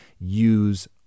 use